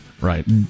Right